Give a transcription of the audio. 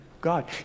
God